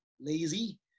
lazy